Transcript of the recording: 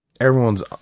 everyone's